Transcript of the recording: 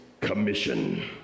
commission